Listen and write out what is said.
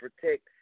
protect